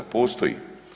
Postoji.